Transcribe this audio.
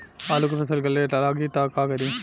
आलू के फ़सल गले लागी त का करी?